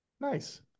Nice